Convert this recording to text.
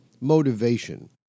motivation